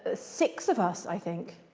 ah six of us, i think,